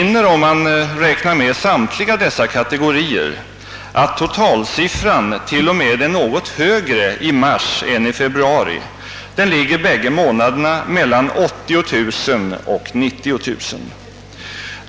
Om man räknar med samtliga dessa kategorier finner man att totalsiffran till och med är något högre i mars än i februari — den ligger bägge månaderna mellan 80000 och 90 000.